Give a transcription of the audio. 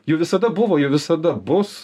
jų visada buvo jų visada bus